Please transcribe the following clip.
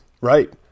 Right